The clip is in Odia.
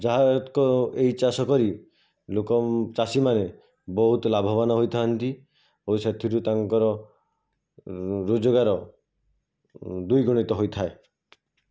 ଯାହା ହେଉ ଏତକ ଏହି ଚାଷ କରି ଲୋକ ଚାଷୀମାନେ ବହୁତ ଲାଭବାନ ହୋଇଥାନ୍ତି ଓ ସେଥିରୁ ତାଙ୍କର ରୋଜଗାର ଦ୍ୱିଗୁଣିତ ହୋଇଥାଏ